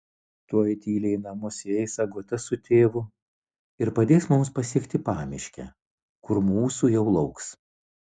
tuoj tyliai į namus įeis agota su tėvu ir padės mums pasiekti pamiškę kur mūsų jau lauks